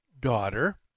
daughter